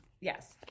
Yes